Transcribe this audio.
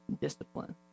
discipline